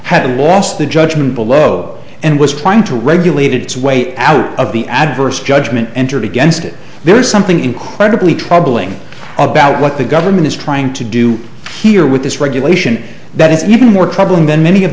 had lost the judgment below and was trying to regulate its way out of the adverse judgment entered against it there is something incredibly troubling about what the government is trying to do here with this regulation that is even more troubling than many of